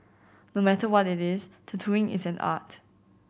no matter what it is tattooing is an art